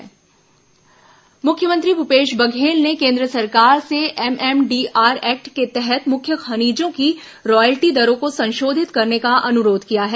मुख्यमंत्री कोयला मंत्री पत्र मुख्यमंत्री भूपेश बघेल ने केंद्र सरकार से एमएमडीआर एक्ट के तहत मुख्य खनिजों की रायल्टी दरों को संशोधित करने का अनुरोध किया है